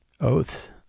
Oaths